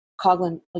Coughlin